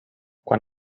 quan